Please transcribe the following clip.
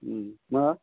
मा